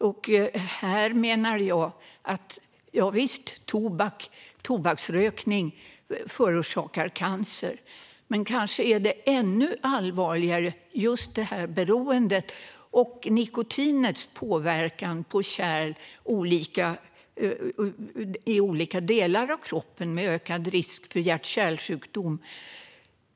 Visst förorsakar tobaksrökning cancer, men kanske är det ännu allvarligare med just beroendet och nikotinets påverkan på kärl i olika delar av kroppen, med ökad risk för hjärt och kärlsjukdom.